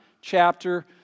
chapter